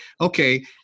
okay